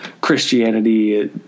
Christianity